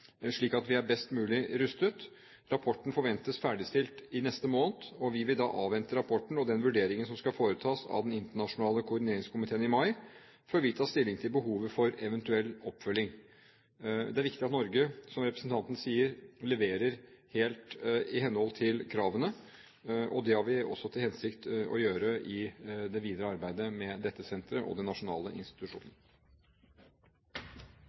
slik at vi er best mulig rustet. Rapporten forventes ferdigstilt i neste måned, og vi vil da avvente rapporten og den vurderingen som skal foretas av den internasjonale koordineringskomiteen i mai, før vi tar stilling til behovet for eventuell oppfølging. Det er viktig at Norge, som representanten sier, leverer helt i henhold til kravene, og det har vi også til hensikt å gjøre i det videre arbeidet med dette senteret og den nasjonale institusjonen.